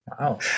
Wow